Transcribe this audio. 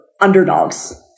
underdogs